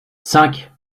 cinq